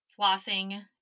flossing